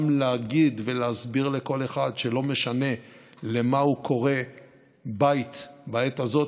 גם להגיד ולהסביר לכל אחד שלא משנה למה הוא קורא בית בעת הזו,